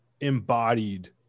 embodied